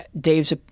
dave's